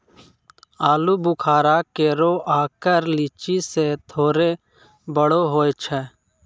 आलूबुखारा केरो आकर लीची सें थोरे बड़ो होय छै